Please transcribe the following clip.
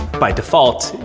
by default,